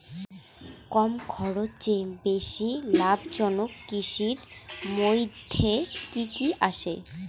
কম খরচে বেশি লাভজনক কৃষির মইধ্যে কি কি আসে?